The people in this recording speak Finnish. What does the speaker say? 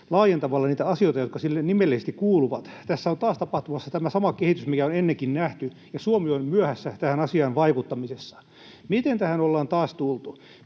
laajentamalla niitä asioita, jotka sille nimellisesti kuuluvat. Tässä on taas tapahtumassa tämä sama kehitys, mikä on ennenkin nähty, ja Suomi on myöhässä tähän asiaan vaikuttamisessa. Miten tähän ollaan taas tultu?